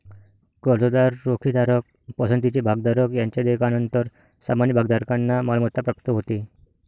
कर्जदार, रोखेधारक, पसंतीचे भागधारक यांच्या देयकानंतर सामान्य भागधारकांना मालमत्ता प्राप्त होते